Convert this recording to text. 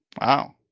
wow